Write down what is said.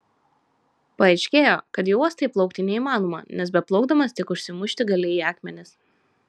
paaiškėjo kad į uostą įplaukti neįmanoma nes beplaukdamas tik užsimušti gali į akmenis